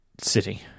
City